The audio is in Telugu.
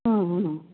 ఆహ